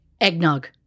Eggnog